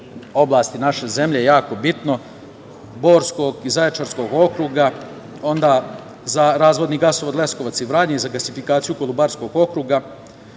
oblasti naše zemlje, jako bitno, Borskog i Zaječarskog okruga, onda, za razvodni gasovod Leskovac i Vranje i gasifikaciju Kolubarskog okruga. Meni